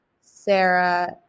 sarah